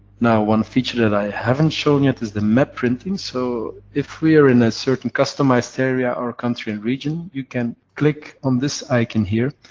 now, one feature that i haven't shown, yet, is the map printing. so, if we are in a certain customized area or country and region, you can click on this icon here,